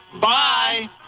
Bye